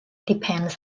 depends